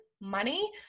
money